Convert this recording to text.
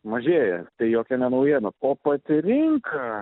mažėja tai jokia naujiena o pati rinka